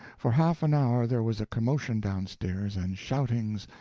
for half an hour there was a commotion downstairs, and shoutings,